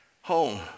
home